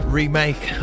remake